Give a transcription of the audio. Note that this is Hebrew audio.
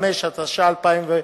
45), התש"ע 2010,